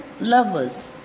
lovers